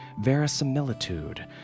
verisimilitude